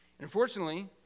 Unfortunately